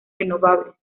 renovables